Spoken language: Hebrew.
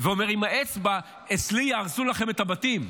ואומר עם האצבע "אצלי יהרסו לכם את הבתים".